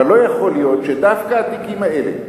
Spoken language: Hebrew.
אבל לא יכול להיות שדווקא התיקים האלה,